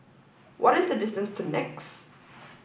what is the distance to NEX